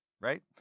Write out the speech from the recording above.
right